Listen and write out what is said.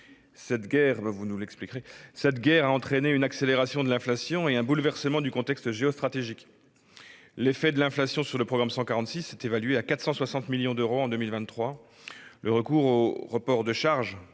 Cette guerre a entraîné une accélération de l'inflation et un bouleversement du contexte géostratégique. L'effet de l'inflation sur le programme 146 est évalué à 460 millions d'euros en 2023. Le recours au report de charge,